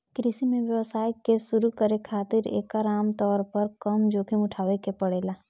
कृषि में व्यवसाय के शुरू करे खातिर एकर आमतौर पर कम जोखिम उठावे के पड़ेला